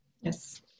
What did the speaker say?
Yes